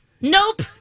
Nope